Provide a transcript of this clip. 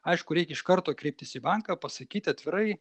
aišku reik iš karto kreiptis į banką pasakyti atvirai